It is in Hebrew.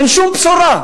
אין שום בשורה.